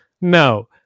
No